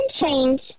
change